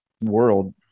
world